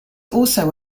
also